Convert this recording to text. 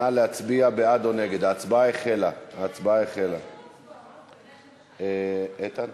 החלטת ועדת הכספים בדבר